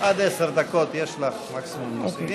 עד עשר דקות יש לך, מקסימום נוסיף.